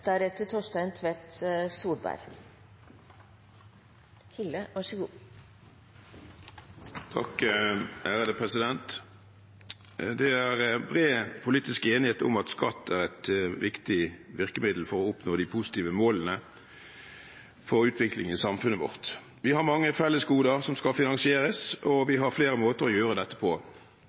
bred politisk enighet om at skatt er et viktig virkemiddel for å oppnå de positive målene vi har for utvikling i samfunnet vårt. Vi har mange fellesgoder som skal finansieres, og vi har flere måter å gjøre det på.